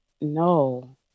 no